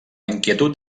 inquietud